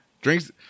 Drinks